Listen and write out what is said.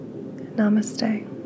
namaste